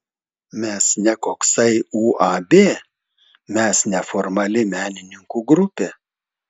mes ne koksai uab mes neformali menininkų grupė